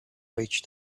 reached